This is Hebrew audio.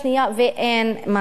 ואין מענה.